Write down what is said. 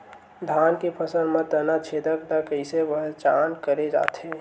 धान के फसल म तना छेदक ल कइसे पहचान करे जाथे?